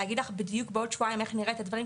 להגיד לך בדיוק בעוד שבועיים איך נראה את הדברים,